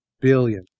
Billion